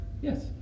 Yes